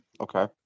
Okay